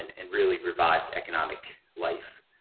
and and really revived economic life.